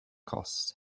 costs